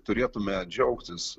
turėtume džiaugtis